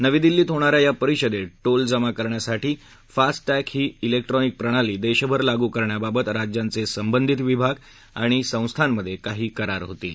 नवी दिल्लीत होणाऱ्या या परिषदेत टोल जमा करणासाठी फास्ट टॅग ही जिक्ट्रॉनिक प्रणाली देशभर लागू करण्याबाबत राज्यांचे संबधित विभागआणि संस्थांमध्ये काही करार होतील